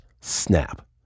snap